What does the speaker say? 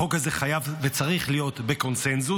החוק הזה חייב וצריך להיות בקונסנזוס.